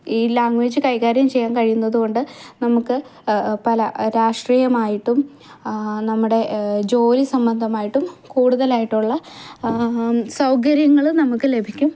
ഈ ലാംഗ്വേജ് കൈകാര്യം ചെയ്യാൻ കഴിയുന്നത്കൊണ്ട് നമുക്ക് പല രാഷ്ട്രീയമായിട്ടും നമ്മുടെ ജോലിസംബന്ധമായിട്ടും കൂടുതലായിട്ടുള്ള സൗകര്യങ്ങൾ നമുക്ക് ലഭിക്കും